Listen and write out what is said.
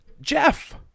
Jeff